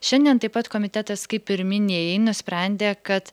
šiandien taip pat komitetas kaip ir minėjai nusprendė kad